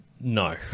no